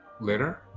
later